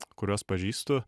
kuriuos pažįstu